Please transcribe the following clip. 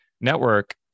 network